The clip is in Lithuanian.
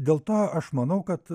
dėl to aš manau kad